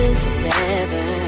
forever